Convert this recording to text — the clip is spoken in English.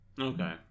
Okay